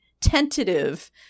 tentative